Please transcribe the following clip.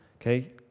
okay